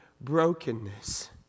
brokenness